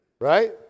Right